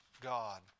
God